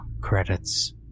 credits